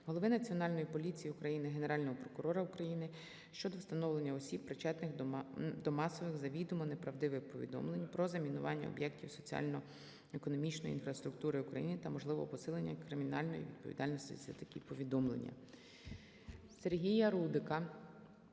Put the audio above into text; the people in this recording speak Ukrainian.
голови Національної поліції України, Генерального прокурора України щодо встановлення осіб, причетних до масових завідомо неправдивих повідомлень про замінування об'єктів соціально-економічної інфраструктури України, та можливого посилення кримінальної відповідальності за такі повідомлення.